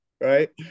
right